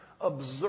observe